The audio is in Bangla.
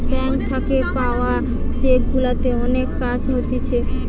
ব্যাঙ্ক থাকে পাওয়া চেক গুলাতে অনেক কাজ হতিছে